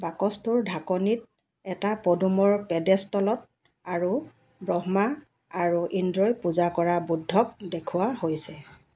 বাকচটোৰ ঢাকনিত এটা পদুমৰ পেডেষ্টলত আৰু ব্ৰহ্মা আৰু ইন্দ্ৰই পূজা কৰা বুদ্ধক দেখুওৱা হৈছে